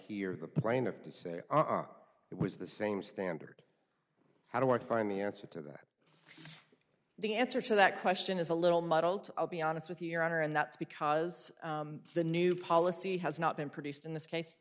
hear the plaintiff to say it was the same standard how do i find the answer to that the answer to that question is a little muddled i'll be honest with you your honor and that's because the new policy has not been produced in this case